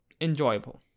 enjoyable